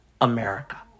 America